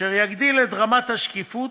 אשר יגדיל את רמת השקיפות,